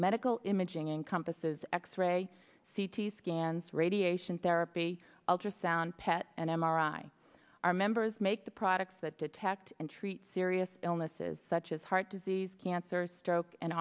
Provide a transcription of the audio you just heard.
medical imaging encompasses x ray c t scans radiation therapy ultrasound pet and m r i our members make the products that detect and treat serious illnesses such as heart disease cancer stroke and